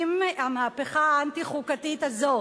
אם המהפכה האנטי-חוקתית הזאת